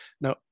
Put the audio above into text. Now